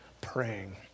praying